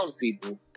people